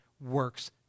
works